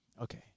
Okay